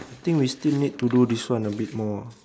I think we still need to do this one a bit more ah